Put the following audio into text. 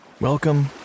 welcome